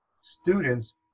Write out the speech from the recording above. students